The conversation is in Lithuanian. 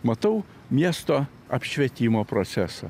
matau miesto apšvietimo procesą